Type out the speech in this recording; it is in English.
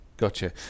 Gotcha